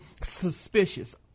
suspicious